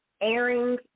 airing